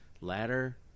ladder